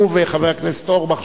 הוא וחבר הכנסת אורבך,